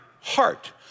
heart